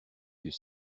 dut